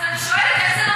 אני שואלת.